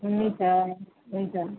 हुन्छ हुन्छ